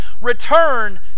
return